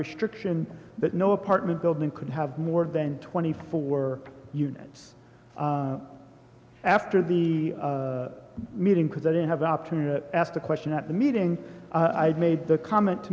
restriction that no apartment building could have more than twenty four units after the meeting because i didn't have the opportunity to ask the question at the meeting i'd made the comment to